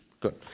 Good